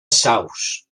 saus